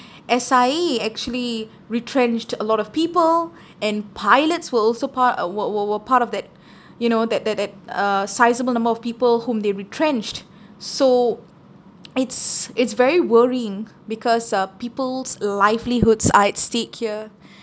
S_I_A actually retrenched a lot of people and pilots were also part of were were were part of that you know that that that uh sizeable number of people whom they retrenched so it's it's very worrying because uh people's livelihoods are at stake here